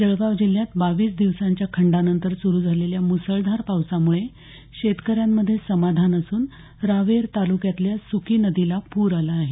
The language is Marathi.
जळगाव जिल्ह्यात बावीस दिवसांच्या खंडानंतर सुरू झालेल्या मुसळधार पावसामुळे शेतकऱ्यांमध्ये समाधान असून रावेर तालुक्यातल्या सुकी नदीला पूर आला आहे